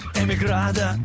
emigrada